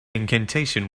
incantation